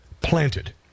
planted